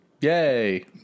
Yay